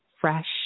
fresh